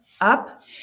up